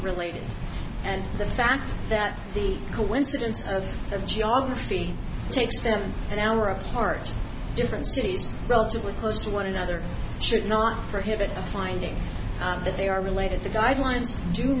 related and the fact that the coincidence of of geography takes them an hour of hard different studies relatively close to one another should not prohibit a finding that they are related to guidelines do